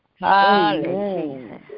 Hallelujah